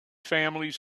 families